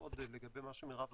לגבי מה שמרב אמרה,